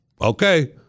Okay